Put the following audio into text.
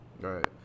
right